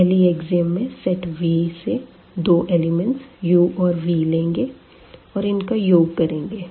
पहली अकसीयम्स में set V से दो एलिमेंटस u और v लेंगे और इनका योग करेंगे